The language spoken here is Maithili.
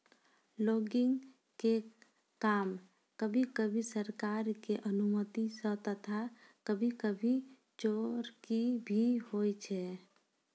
लॉगिंग के काम कभी कभी सरकार के अनुमती सॅ तथा कभी कभी चोरकी भी होय छै